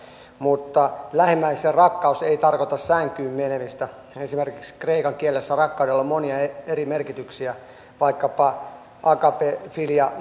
mutta lähimmäisenrakkaus ei tarkoita sänkyyn menemistä esimerkiksi kreikan kielessä rakkaudella on monia eri merkityksiä vaikkapa agape filia